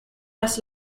das